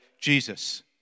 Jesus